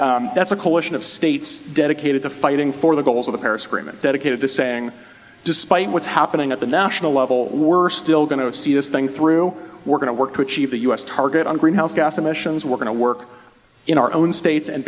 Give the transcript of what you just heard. and that's a coalition of states dedicated to fighting for the goals of the paris agreement dedicated to saying despite what's happening at the national level we're still going to see this thing through we're going to work to achieve the u s target on greenhouse gas emissions we're going to work in our own states and